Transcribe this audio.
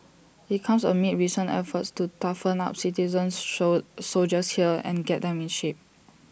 IT comes amid recent efforts to toughen up citizen so soldiers here and get them in shape